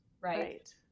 right